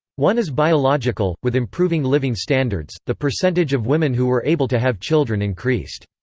one is biological with improving living standards, the percentage of women who were able to have children increased.